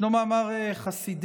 יש מאמר חסידי